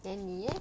then 你 leh